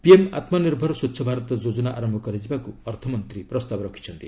PM Atmanirbhar Swachh Bharat ଯୋଜନା ଆରମ୍ଭ କରାଯିବାକୁ ଅର୍ଥମନ୍ତ୍ରୀ ପ୍ରସ୍ତାବ ରଖିଛନ୍ତି